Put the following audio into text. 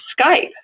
Skype